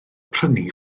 prynu